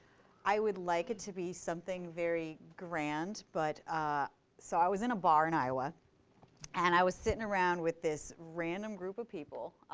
i would like it to be something very grand. but ah so i was in a bar in iowa and i was sitting around with this random group of people.